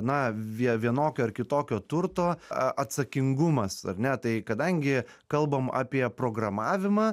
na vie vienokio ar kitokio turto a atsakingumas ar ne tai kadangi kalbam apie programavimą